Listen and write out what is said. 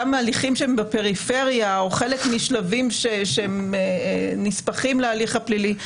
גם מההליכים שהם הפריפריה או חלק משלבים שנספחים להליך הפלילי,